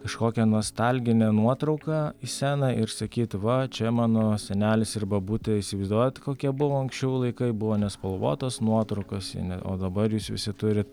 kažkokią nostalginę nuotrauką į seną ir sakyt va čia mano senelis ir bobutė įsivaizduojat kokie buvo anksčiau laikai buvo nespalvotos nuotraukos o dabar jūs visi turit